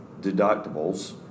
deductibles